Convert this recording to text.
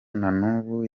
nanubu